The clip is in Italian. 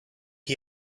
gli